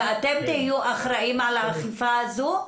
ואתם תהיו אחראים על האכיפה הזו?